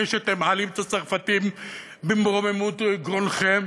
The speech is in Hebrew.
שאתם מעלים את הצרפתים ברוממות גרונכם?